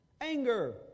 Anger